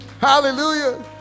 hallelujah